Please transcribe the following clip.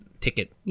ticket